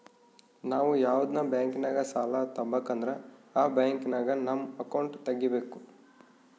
ನಾವು ಯಾವ್ದನ ಬ್ಯಾಂಕಿನಾಗ ಸಾಲ ತಾಬಕಂದ್ರ ಆ ಬ್ಯಾಂಕಿನಾಗ ನಮ್ ಅಕೌಂಟ್ ತಗಿಬಕು